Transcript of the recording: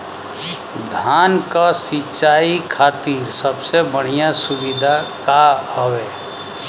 धान क सिंचाई खातिर सबसे बढ़ियां सुविधा का हवे?